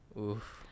Oof